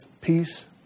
peace